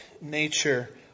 nature